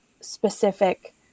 specific